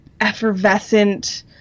effervescent